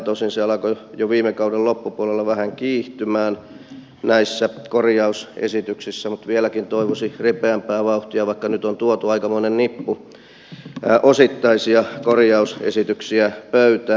tosin se alkoi jo viime kauden loppupuolella vähän kiihtyä näissä korjausesityksissä mutta vieläkin toivoisi ripeämpää vauhtia vaikka nyt on tuotu aikamoinen nippu osittaisia korjausesityksiä pöytään